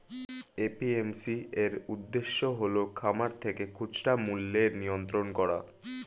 APMC এর উদ্দেশ্য হল খামার থেকে খুচরা মূল্যের নিয়ন্ত্রণ করা